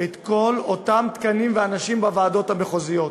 את כל אותם תקנים ואנשים בוועדות המחוזיות.